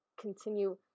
continue